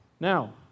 Now